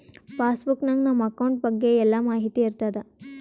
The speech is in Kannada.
ಪಾಸ್ ಬುಕ್ ನಾಗ್ ನಮ್ ಅಕೌಂಟ್ ಬಗ್ಗೆ ಎಲ್ಲಾ ಮಾಹಿತಿ ಇರ್ತಾದ